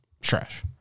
trash